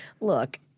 Look